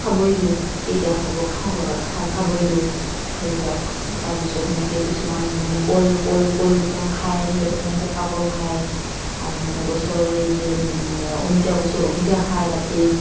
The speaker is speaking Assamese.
খাবই দিওঁ কেইটা খাব খাওক খাবই দিওঁ খাই যাওক তাৰ পিছত সেনেকৈ কিছুমান মানে কল কল কল খায় সিহঁতে মানে পকা কল খায় আৰু মানে গছৰ সেই যে অমিতা গছৰ অমিতা খায় ৰাতি